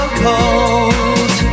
cold